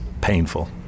painful